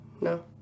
No